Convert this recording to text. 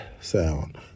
sound